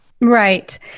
Right